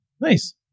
Nice